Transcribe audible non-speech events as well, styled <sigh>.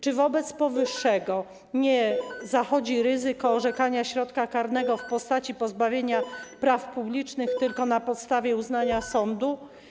Czy wobec powyższego <noise> nie zachodzi ryzyko orzekania środka karnego w postaci pozbawienia praw publicznych tylko na podstawie uznania sądu?